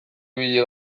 ibili